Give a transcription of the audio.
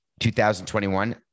2021